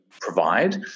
provide